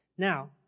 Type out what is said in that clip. Now